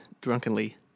drunkenly